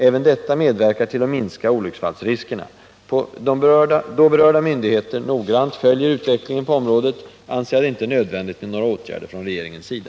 Även detta medverkar till att minska olycksfallsriskerna. Då berörda myndigheter noggrant följer utvecklingen på området, anser jag det inte nödvändigt med några åtgärder från regeringens sida.